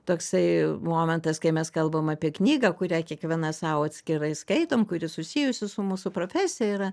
toksai momentas kai mes kalbam apie knygą kurią kiekviena sau atskirai skaitom kuri susijusi su mūsų profesija yra